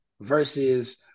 versus